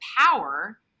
power